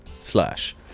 Slash